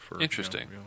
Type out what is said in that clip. Interesting